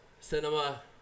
cinema